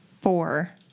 Four